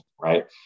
right